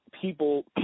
people